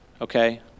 okay